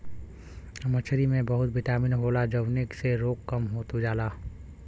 मछरी में बहुत बिटामिन होला जउने से रोग कम होत जाला